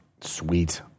Sweet